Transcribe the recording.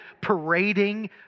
parading